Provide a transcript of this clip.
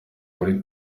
muri